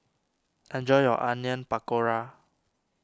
enjoy your Onion Pakora